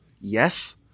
Yes